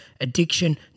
addiction